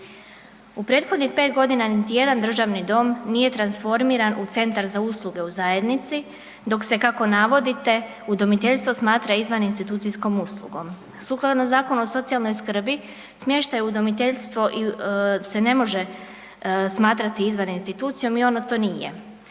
U prethodnih 5 godina niti jedan državni dom nije transformiran u centar za usluge u zajednici dok se kako navodite udomiteljstvo smatra izvan institucijskom uslugom. Sukladno Zakonu o socijalnoj skrbi smještaj u udomiteljstvo se ne može smatrati izvan institucijom i ono to nije.